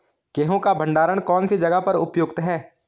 गेहूँ का भंडारण कौन सी जगह पर उपयुक्त है?